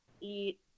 eat